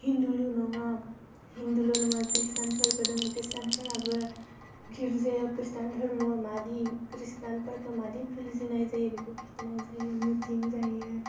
हिन्दुल' नङा हिन्दुल' नङा ख्रिष्टान फोरबो दङ ख्रिष्टानफोराबो गिरजायाव ख्रिष्टान धोरोमाव माबायदि ख्रिष्टानफोरखौ माबायदि फुजिनाय जायो बिखौ खिन्थिनाय जायो मिटिं जायो